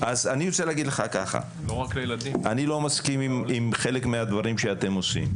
אני רוצה להגיד לך שאני לא מסכים עם חלק מהדברים שאתם עושים,